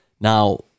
Now